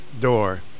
door